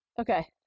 Okay